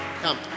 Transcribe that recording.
come